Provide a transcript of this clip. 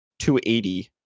280